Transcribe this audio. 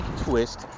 twist